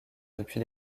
depuis